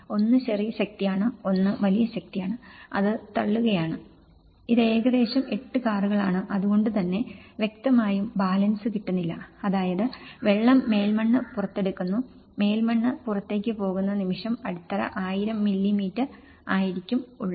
ഒന്ന് ചെറിയ ശക്തിയാണ് ഒന്ന് വലിയ ശക്തിയാണ് അത് തള്ളുകയാണ് ഇത് ഏകദേശം 8 കാറുകളാണ് അതുകൊണ്ടുതന്നെ വ്യക്തമായും ബാലൻസ് കിട്ടുന്നില്ല അതായത് വെള്ളം മേൽമണ്ണ് പുറത്തെടുക്കുന്നു മേൽമണ്ണ് പുറത്തേക്ക് പോകുന്ന നിമിഷം അടിത്തറ 1000 മില്ലീമീറ്റർ ആയിരിക്കും ഉള്ളത്